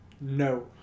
No